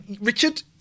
Richard